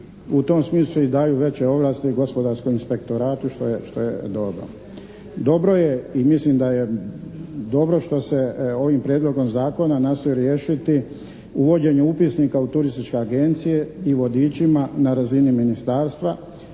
u tom smislu i daju veće ovlasti gospodarskom inspektoratu što je dobro. Dobro je i mislim da je dobro što se ovim prijedlogom zakona nastoji riješiti uvođenje upisnika u turističke agencije i vodičima na razini ministarstva